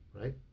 right